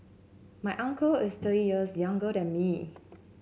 my uncle is thirty years younger than me